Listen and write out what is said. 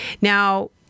Now